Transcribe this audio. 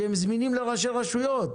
שזמינים לראשי רשויות,